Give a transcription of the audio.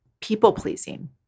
people-pleasing